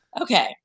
Okay